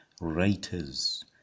writers